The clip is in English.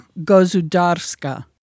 Gozudarska